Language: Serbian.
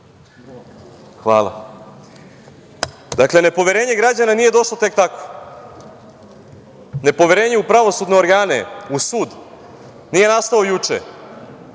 Hvala. Dakle, nepoverenje građana nije došlo tek tako. Nepoverenje u pravosudne organe, u sud nije nastalo juče.